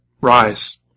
rise